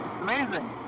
amazing